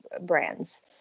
brands